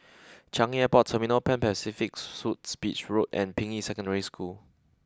Changi Airport Terminal Pan Pacific Suites Beach Road and Ping Yi Secondary School